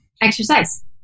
Exercise